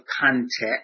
context